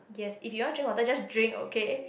yes if you want drink water just drink okay